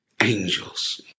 angels